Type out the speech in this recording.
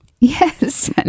yes